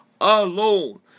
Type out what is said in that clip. alone